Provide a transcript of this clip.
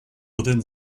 within